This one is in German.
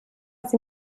sie